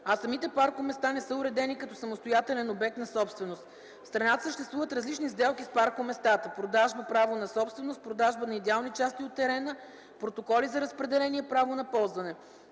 а самите паркоместа не са уредени като самостоятелен обект на собственост. В страната съществуват различни сделки с паркоместата – продажба право на собственост, продажба на идеални части от терена, протоколи за разпределение право на ползване.